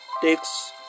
takes